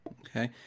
Okay